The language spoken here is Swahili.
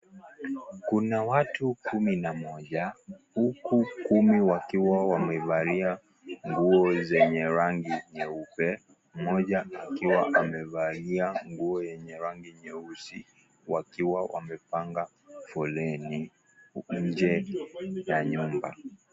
Kuna watu kumi na moja, huku kumi wakiwa wamevalia nguo zenye rangi nyeupe, mmoja akiwa amevalia nguo yenye rangi nyeusi. Wakiwa wamepanga foleni, nje ya nyumba.